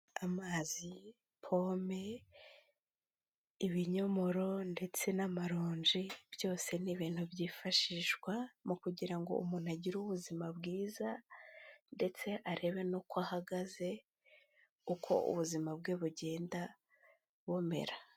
Amazi, pome, ibinyomoro ndetse n'amaronji byose ni ibintu byifashishwa mu kugira ngo umuntu agire ubuzima bwiza ndetse arebe n'uko ahagaze, uko ubuzima bwe bugenda bumera.